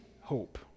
hope